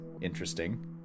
Interesting